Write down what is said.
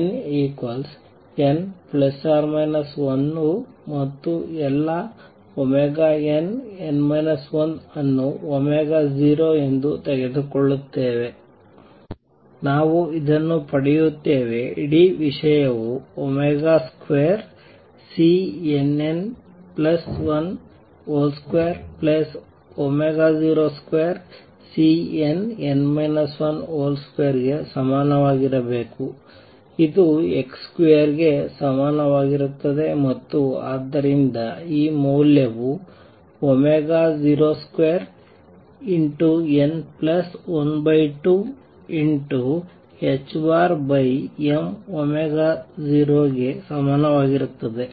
nn±1 ಮತ್ತು ಎಲ್ಲಾ nn 1 ಅನ್ನು 0 ಎಂದು ತೆಗೆದುಕೊಳ್ಳುತ್ತೇವೆ ನಾವು ಇದನ್ನು ಪಡೆಯುತ್ತೇವೆ ಇಡೀ ವಿಷಯವು 02|Cnn1 |202|Cnn 1 |2 ಗೆ ಸಮನಾಗಿರಬೇಕು ಇದು x2 ಗೆ ಸಮನಾಗಿರುತ್ತದೆ ಮತ್ತು ಆದ್ದರಿಂದ ಈ ಮೌಲ್ಯವು 02n12m0 ಗೆ ಸಮಾನವಾಗಿರುತ್ತದೆ